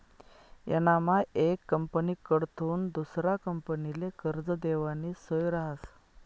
यानामा येक कंपनीकडथून दुसरा कंपनीले कर्ज देवानी सोय रहास